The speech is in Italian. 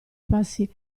passi